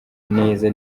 neza